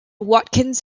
watkins